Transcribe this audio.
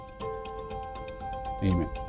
Amen